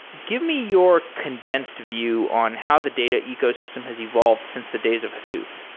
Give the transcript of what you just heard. give me your condensed view on how the data ecosystem has evolved since the days of hadoop.